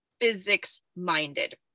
physics-minded